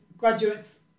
Graduates